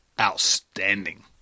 outstanding